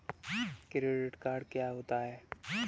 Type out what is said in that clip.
Credit card क्या होता है?